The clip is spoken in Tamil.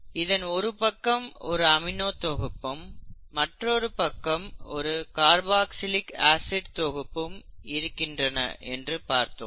இதன் ஒரு பக்கம் ஒரு அமினோ தொகுப்பும் மற்றொரு பக்கம் ஒரு காற்பாக்ஸிலிக் ஆசிட் தொகுப்பும் இருக்கின்றன என்று பார்த்தோம்